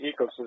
ecosystem